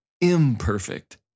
imperfect